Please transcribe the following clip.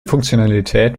funktionalität